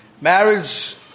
marriage